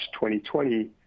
2020